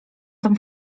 tam